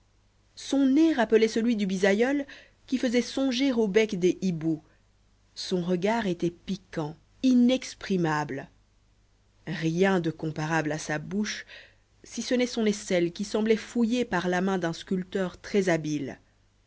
son nez rappelait celui du bisaïeul qui faisait songer au bec des hiboux son regard était piquant inexprimable rien de comparable à sa bouche si ce n'est son aisselle qui semblait fouillée par la main d'un sculpteur très habile